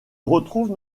retrouve